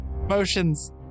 motions